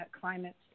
climate